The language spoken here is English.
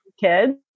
kids